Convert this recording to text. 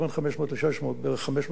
בערך 550 במהלך היום.